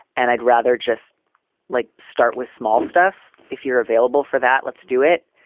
and i'd rather just like start with small stuff if you're available for that. let's do it.